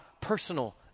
personal